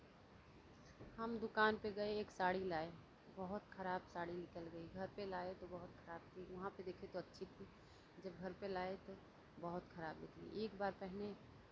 हम दुकान पे गये एक साड़ी लाये बहुत खराब साड़ी निकल गयी घर पे लाये तो बहुत खराब थी वहां पे देखे तो अच्छी थी जब घर पे लाये तो बहुत खराब निकली एक बार पहने